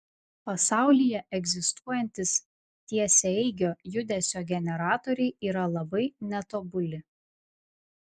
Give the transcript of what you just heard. pasaulyje egzistuojantys tiesiaeigio judesio generatoriai yra labai netobuli